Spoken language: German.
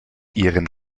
ihren